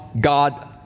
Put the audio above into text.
God